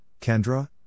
Kendra